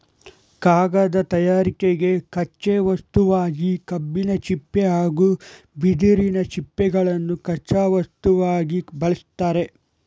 ಕಾಗದ ತಯಾರಿಕೆಗೆ ಕಚ್ಚೆ ವಸ್ತುವಾಗಿ ಕಬ್ಬಿನ ಸಿಪ್ಪೆ ಹಾಗೂ ಬಿದಿರಿನ ಸಿಪ್ಪೆಗಳನ್ನು ಕಚ್ಚಾ ವಸ್ತುವಾಗಿ ಬಳ್ಸತ್ತರೆ